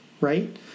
Right